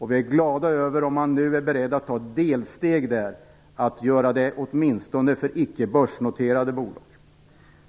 Vi är glada över om man nu är beredd att ta delsteget att göra det åtminstone för icke-börsnoterade bolag.